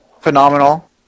phenomenal